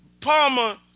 Palmer